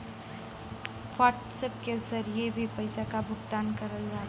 WhatsApp के जरिए भी पइसा क भुगतान करल जा सकला